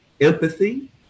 empathy